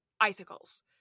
icicles